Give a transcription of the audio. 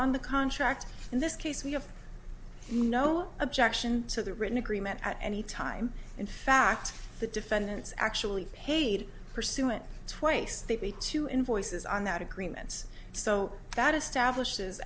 on the contract in this case we have no objection to the written agreement at any time in fact the defendants actually paid pursuant twice they to invoices on that agreements so that establishes as